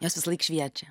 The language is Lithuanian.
jos visąlaik šviečia